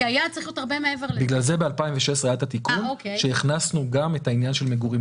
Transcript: בגלל זה ב-2016 הכנסנו גם את העניין של המגורים,